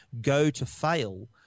GoToFail